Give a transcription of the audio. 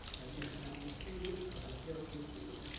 and and and i will say this til i get off this board.